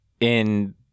in-